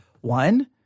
one